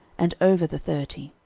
and over the thirty